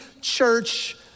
church